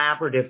collaborative